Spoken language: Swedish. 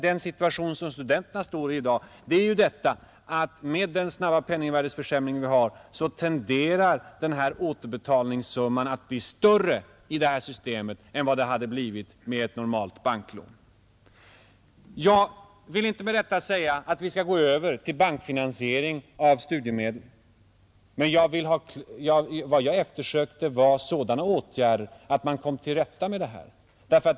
Den situation studenterna står i i dag är ju att med den snabba penningvärdeförsämring vi har tenderar återbetalningssumman att bli större i det här systemet än vad det hade blivit med ett normalt banklån. Jag vill inte med detta säga att vi skall gå över till bankfinansiering av studiemedel, utan vad jag eftersökte var sådana åtgärder att man kom till rätta med problemet.